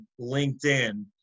LinkedIn